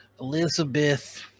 Elizabeth